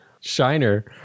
Shiner